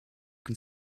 can